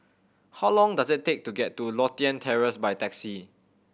how long does it take to get to Lothian Terrace by taxi